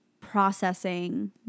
processing